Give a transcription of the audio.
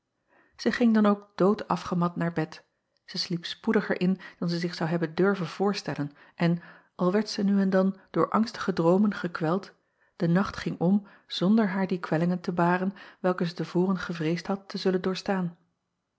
ij ging dan ook doodafgemat naar bed zij sliep spoediger in dan zij zich zou hebben durven voorstellen en al werd zij nu en dan door angstige droomen gekweld de nacht ging om zonder haar die kwellingen te baren welke zij te voren gevreesd had te zullen doorstaan